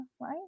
right